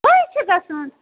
کٔہۍ چھُ گَژھان